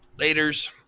Laters